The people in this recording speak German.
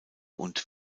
und